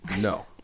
no